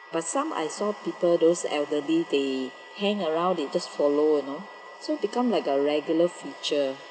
but some I saw people those elderly they hang around they just follow you know so become like a regular feature